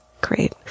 Great